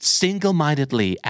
single-mindedly